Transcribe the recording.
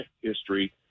history